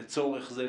לצורך זה,